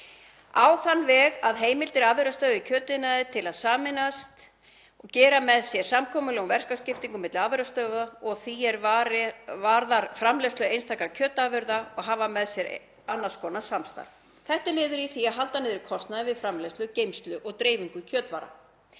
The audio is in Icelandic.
á þann veg að heimila afurðastöðvum í kjötiðnaði að sameinast og gera með sér samkomulag um verkaskiptingu milli afurðastöðva og að því er varðar framleiðslu einstakra kjötafurða og hafa með sér annars konar samstarf. Þetta er liður í því að halda niðri kostnaði við framleiðslu, geymslu og dreifingu kjötvara.